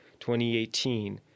2018